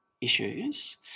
issues